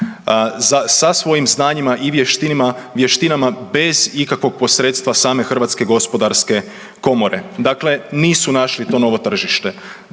sa svojim znanjima i vještinama bez ikakvog posredstva same Hrvatske gospodarske komore. Dakle nisu našli to novo tržište.